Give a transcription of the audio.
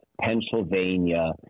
Pennsylvania